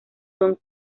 son